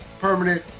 permanent